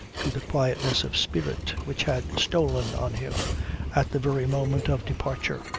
to the quietness of spirit which had stolen on him at the very moment of departure.